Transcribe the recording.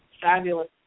fabulous